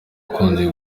akunze